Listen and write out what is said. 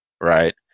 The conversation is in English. right